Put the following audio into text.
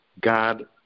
God